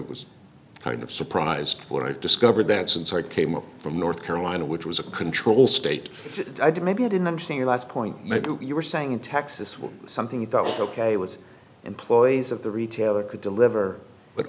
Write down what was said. was kind of surprised when i discovered that since i came up from north carolina which was a control state i did maybe i didn't understand your last point maybe you were saying texas was something that was ok with employees of the retailer could deliver but